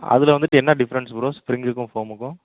அதில் வந்துட்டு என்ன டிஃப்ரெண்ட்ஸு ப்ரோ ஸ்ப்ரிங்குக்கும் ஃபோமுக்கும்